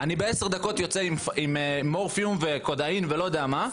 בעשר דקות אני יוצא עם מורפיום וקודאין ולא יודע מה,